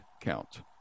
count